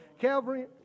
Calvary